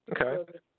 okay